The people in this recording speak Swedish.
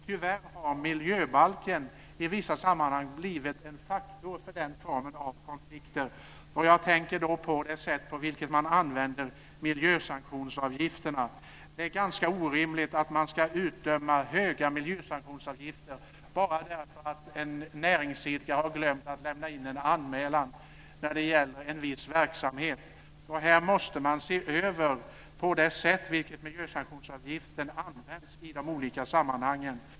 Tyvärr har miljöbalken i vissa sammanhang blivit en faktor för den formen av konflikter, och jag tänker då på det sätt på vilket man använder miljösanktionsavgifterna. Det är ganska orimligt att man ska utdöma höga miljösanktionsavgifter bara därför att en näringsidkare har glömt att lämna in en anmälan när det gäller en viss verksamhet. Här måste man se över det sätt på vilket miljösanktionsavgiften används i de olika sammanhangen.